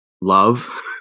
love